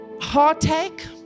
heartache